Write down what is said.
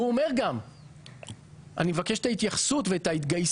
והוא אומר גם אני מבקש את ההתייחסות וההתגייסות